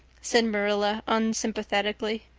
said marilla unsympathetically.